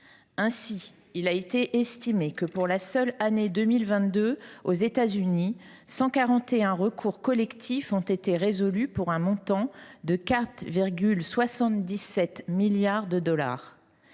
ainsi été estimé que, pour la seule année 2022, 141 recours collectifs y ont été résolus pour un montant de 4,77 milliards de dollars.